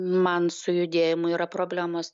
man su judėjimu yra problemos